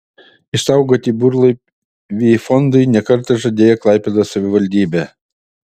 išsaugoti burlaivį fondui ne kartą žadėjo klaipėdos savivaldybė